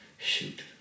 Shoot